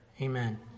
Amen